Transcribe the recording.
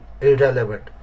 irrelevant